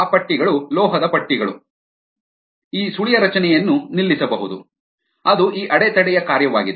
ಆ ಪಟ್ಟಿಗಳು ಲೋಹದ ಪಟ್ಟಿಗಳು ಈ ಸುಳಿಯ ರಚನೆಯನ್ನು ನಿಲ್ಲಿಸಬಹುದು ಅದು ಈ ಅಡೆತಡೆಯ ಕಾರ್ಯವಾಗಿದೆ